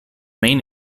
main